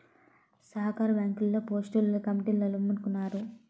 సహకార బ్యాంకుల్లో పోస్టులు కమిటీలోల్లమ్ముకున్నారు